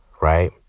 right